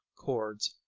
cords,